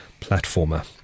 platformer